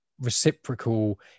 reciprocal